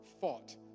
fought